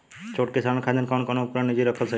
छोट किसानन खातिन कवन कवन उपकरण निजी रखल सही ह?